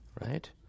right